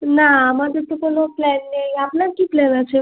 না আমাদের তো কোনো প্ল্যান নেই আপনার কী প্ল্যান আছে